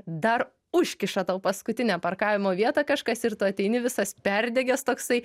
dar užkiša tau paskutinę parkavimo vietą kažkas ir tu ateini visas perdegęs toksai